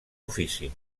ofici